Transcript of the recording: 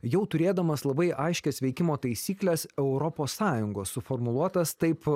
jau turėdamas labai aiškias veikimo taisykles europos sąjungos suformuluotas taip